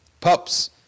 Pups